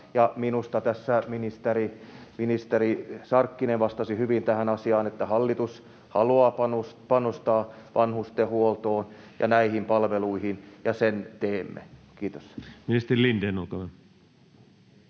minusta tässä ministeri Sarkkinen vastasi hyvin tähän asiaan, että hallitus haluaa panostaa vanhustenhuoltoon ja näihin palveluihin, ja sen teemme. — Kiitos. Ministeri Lindén, olkaa hyvä.